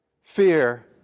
Fear